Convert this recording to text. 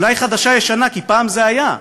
אולי חדשה-ישנה, כי פעם זה היה,